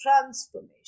transformation